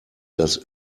das